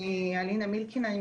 אני